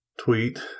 tweet